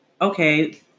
Okay